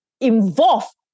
involved